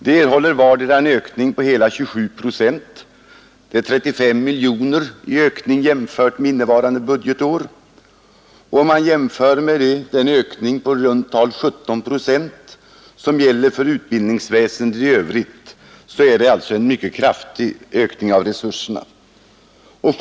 De erhåller vardera en ökning på 35 mijoner jämfört med innevarande budgetår. Det är en ökning på hela 27 procent, vilket bör jämföras med den ökning på i runt tal 17 procent, som gäller för utbildningsväsendet i övrigt.